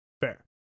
Fair